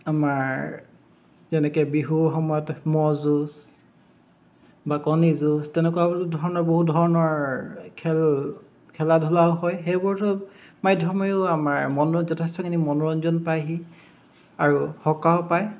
আমাৰ যেনেকে বিহুৰ সময়ত মহ যুঁজ বা কণী যুঁজ তেনেকুৱা ধৰণৰ বহু ধৰণৰ খেল খেলা ধূলাও হয় সেইবোৰতো মাধ্যমেও আমাৰ মনো যথেষ্টখিনি মনোৰঞ্জন পায়হি আৰু সকাহো পায়